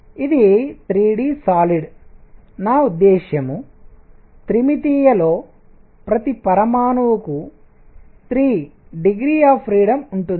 కాబట్టి ఇది 3 d solid నా ఉద్దేశ్యం త్రిమితీయలో ప్రతి పరమాణువుఆటమ్కు 3 డిగ్రీ ఆఫ్ ఫ్రీడమ్ ఉంటుంది